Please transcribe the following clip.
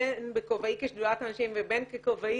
בין אם בכובעי בשדולת הנשים ובין אם בכובעי